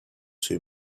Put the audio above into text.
too